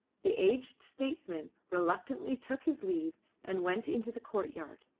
the aged statesman reluctantly took his leave and went into the courtyard.